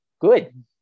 good